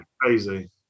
Crazy